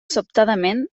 sobtadament